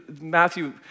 Matthew